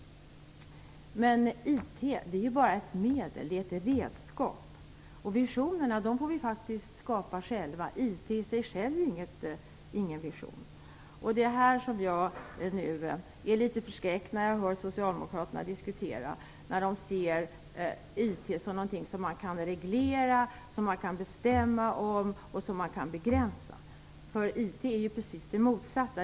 Men IT är bara ett medel, ett redskap. Visionerna får vi faktiskt skapa själva. IT i sig självt är ingen vision. Jag blir litet förskräckt när jag hör socialdemokraterna diskutera; de ser IT som någonting som man kan reglera, som man kan bestämma över och som man kan begränsa. IT är precis det motsatta.